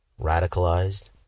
radicalized